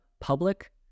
public